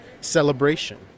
celebration